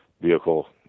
vehicle